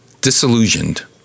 disillusioned